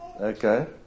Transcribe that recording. Okay